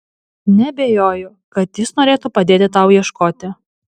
neabejoju kad jis norėtų padėti tau ieškoti